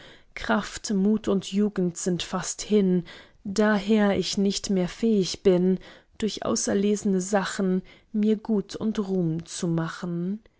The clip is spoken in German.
kraft mut und jugend sind fast hin daher ich nicht mehr fähig bin durch auserles'ne sachen mir gut und ruhm zu machen